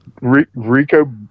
Rico